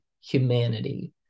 humanity